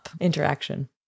interaction